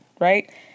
right